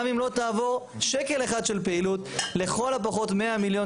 גם אם לא יעבור שקל אחד לפעילות לכל הפחות 100 מיליון